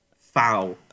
foul